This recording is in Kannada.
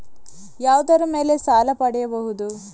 ಯಾವುದರ ಮೇಲೆ ಸಾಲ ಪಡೆಯಬಹುದು?